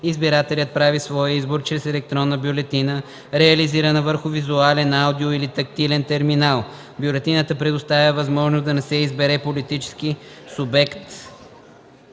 избирателят прави своя избор чрез електронна бюлетина, реализирана върху визуален, аудио или тактилен терминал. Бюлетината предоставя възможност да не се избере политически субект,